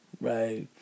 right